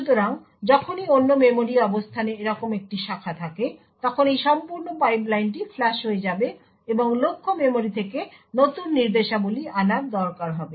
সুতরাং যখনই অন্য মেমরি অবস্থানে এরকম একটি শাখা থাকে তখন এই সম্পূর্ণ পাইপলাইনটি ফ্লাশ হয়ে যাবে এবং লক্ষ্য মেমরি থেকে নতুন নির্দেশাবলী আনার দরকার হবে